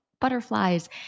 butterflies